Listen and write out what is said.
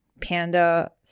Panda